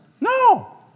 No